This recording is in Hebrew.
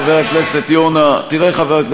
חבר הכנסת יונה,